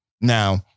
Now